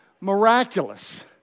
miraculous